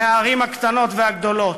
מהערים הקטנות והגדולות.